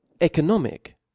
economic